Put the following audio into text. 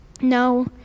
No